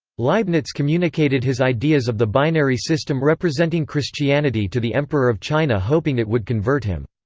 leibniz communicated his ideas of the binary system representing christianity to the emperor of china hoping it would convert him.